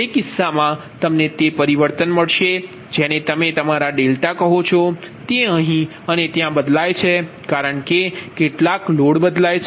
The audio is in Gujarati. તેથી તે કિસ્સામાં તમને તે પરિવર્તન મળશે જેને તમે તમારા ડેલ્ટા કહો છો તે અહીં અને ત્યાં બદલાય છે કારણ કે કેટલાક લોડ બદલાયા છે